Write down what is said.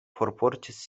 forportis